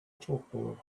chalkboard